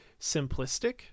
simplistic